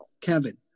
Kevin